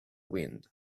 wind